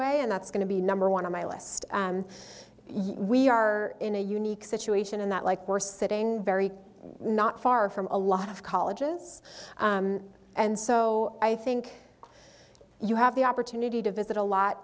way and that's going to be number one on my list yes we are in a unique situation in that like we're sitting very not far from a lot of colleges and so i think you have the opportunity to visit a lot